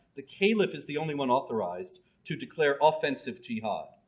the caliph is the only one authorized to declare offensive jihad.